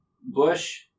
Bush